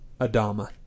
Adama